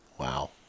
Wow